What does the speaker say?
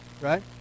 right